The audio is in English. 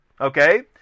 Okay